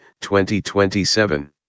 2027